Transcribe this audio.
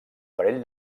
parell